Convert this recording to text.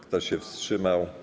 Kto się wstrzymał?